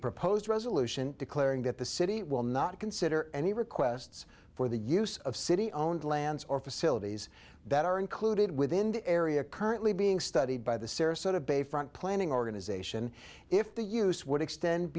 proposed resolution declaring that the city will not consider any requests for the use of city owned lands or facilities that are included within the area currently being studied by the sarasota bayfront planning organization if the use would extend